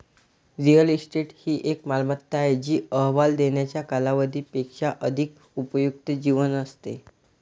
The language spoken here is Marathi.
रिअल इस्टेट ही एक मालमत्ता आहे जी अहवाल देण्याच्या कालावधी पेक्षा अधिक उपयुक्त जीवन असते